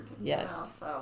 yes